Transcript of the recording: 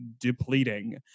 depleting